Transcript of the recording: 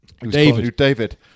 David